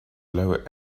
lower